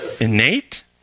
Innate